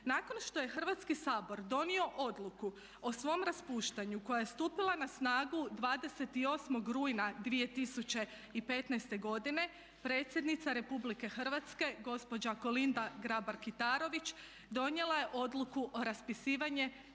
Nakon što je Hrvatski sabor donio Odluku o svom raspuštanju koja je stupila na snagu 28. rujna 2015. godine predsjednica Republike Hrvatske gospođa Kolinda Grabar-Kitarović donijela je Odluku o raspisivanju